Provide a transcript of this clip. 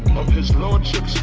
his lordship